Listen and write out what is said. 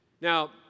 Now